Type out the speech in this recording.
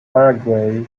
paraguay